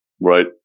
right